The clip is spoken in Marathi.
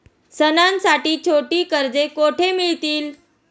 सणांसाठी छोटी कर्जे कुठे मिळतील?